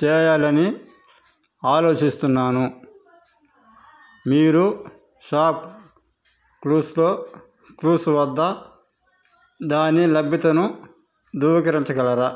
చేయాలని ఆలోచిస్తున్నాను మీరు షాప్ క్లూస్లో క్రూస్ వద్ద దాని లభ్యతను ధృవీకరించగలరా